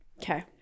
Okay